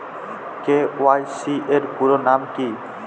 KYC এর পুরোনাম কী?